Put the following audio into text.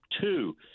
Two